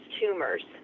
tumors